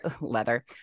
Leather